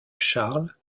charles